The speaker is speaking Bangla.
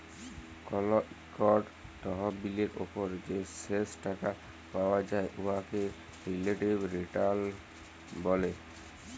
কল ইকট তহবিলের উপর যে শেষ টাকা পাউয়া যায় উয়াকে রিলেটিভ রিটার্ল ব্যলে